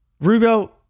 Rubio